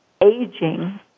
aging